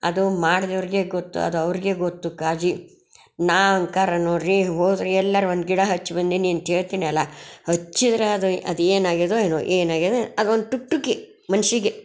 ಅದು ಮಾಡ್ದವ್ರಿಗೆ ಗೊತ್ತು ಅದು ಅವ್ರಿಗೆ ಗೊತ್ತು ಕಾಳಜಿ ನಾ ಅಂಕಾರ ನೋಡಿರಿ ಹೋದರೆ ಎಲ್ಲರ ಒಂದು ಗಿಡ ಹಚ್ಚಿ ಬಂದೀನಿ ಅಂತ ಹೇಳ್ತೇನೆ ಅಲಾ ಹಚ್ಚಿದ್ರೆ ಅದು ಅದೇನು ಆಗ್ಯದೋ ಏನೋ ಏನು ಆಗ್ಯದೋ ಅದೊಂದು ತುಟ್ಟುಕಿ ಮನಸ್ಸಿಗೆ